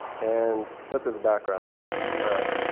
and set this background all right.